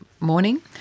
morning